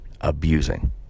abusing